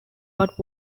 but